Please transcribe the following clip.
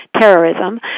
terrorism